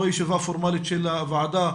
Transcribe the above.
לא ישיבה פורמלית של הוועדה,